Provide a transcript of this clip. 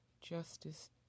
justice